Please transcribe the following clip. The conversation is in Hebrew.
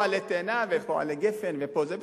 פה עלה תאנה ופה עלה גפן ופה זה,